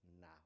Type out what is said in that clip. now